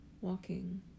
Walking